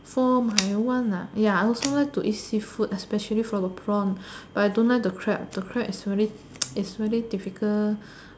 for my one ah ya I also like to eat seafood especially for the prawn but I don't like the crab the crab is very difficult